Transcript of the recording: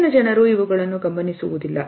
ಹೆಚ್ಚಿನ ಜನರು ಇವುಗಳನ್ನು ಗಮನಿಸುವುದಿಲ್ಲ